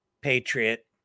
patriot